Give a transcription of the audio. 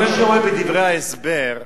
זה שרואה בדברי ההסבר,